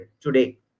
today